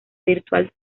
virtual